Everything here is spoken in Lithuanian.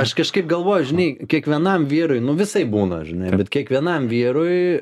aš kažkaip galvoju žinai kiekvienam vyrui nu visaip būna žinai kiekvienam vyrui